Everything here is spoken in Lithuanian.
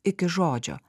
iki žodžio